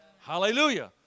Hallelujah